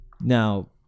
Now